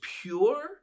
pure